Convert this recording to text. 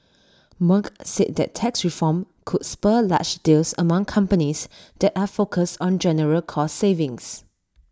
Merck said that tax reform could spur large deals among companies that are focused on general cost savings